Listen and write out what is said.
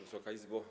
Wysoka Izbo!